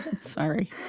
sorry